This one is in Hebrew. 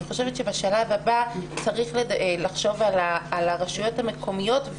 אני חושבת שבשלב הבא צריך לחשוב על הרשויות המקומיות.